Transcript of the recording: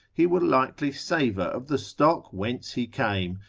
he will likely savour of the stock whence he came,